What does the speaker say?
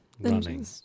running